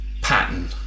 pattern